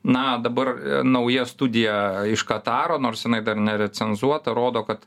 na dabar nauja studija iš kataro nors jinai dar nerecenzuota rodo kad